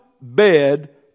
bed